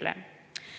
5%‑le.